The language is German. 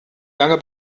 lange